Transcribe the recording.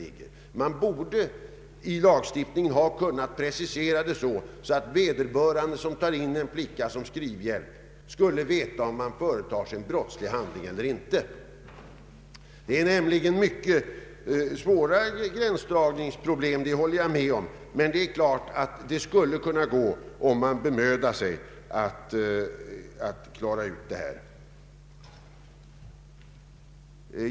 Lagen borde ha varit så preciserad att den som tar in en flicka såsom skrivhjälp vet om han därmed begår en brottslig handling eller inte. Jag håller med om att det blir svåra gränsdragningsproblem, men det skulle säkert gå att lösa dem om man bara bemödar sig tillräckligt.